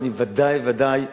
אז ודאי וודאי,